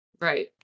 Right